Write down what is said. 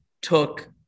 took